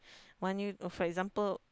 want you for example